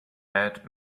add